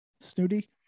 snooty